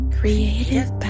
Creative